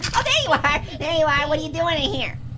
there you are. what are you doing in here?